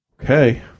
Okay